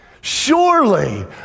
Surely